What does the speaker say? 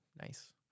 nice